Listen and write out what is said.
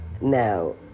now